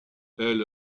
elle